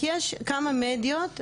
כי יש כמה מדיות,